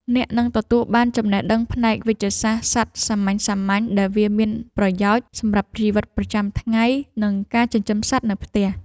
អ្នកនឹងទទួលបានចំណេះដឹងផ្នែកវេជ្ជសាស្ត្រសត្វសាមញ្ញៗដែលវាមានប្រយោជន៍សម្រាប់ជីវិតប្រចាំថ្ងៃ និងការចិញ្ចឹមសត្វនៅផ្ទះ។